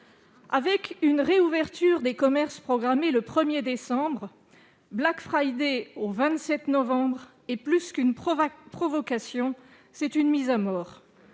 Avec une réouverture des commerces programmée le 1 décembre, le Black Friday, le 27 novembre, est plus qu'une provocation : c'est une mise à mort.